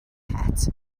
het